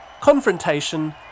Confrontation